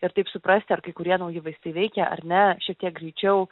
ir taip suprasti ar kai kurie nauji vaistai veikia ar ne šiek tiek greičiau